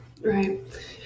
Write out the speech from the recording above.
right